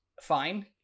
fine